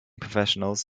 professionals